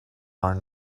are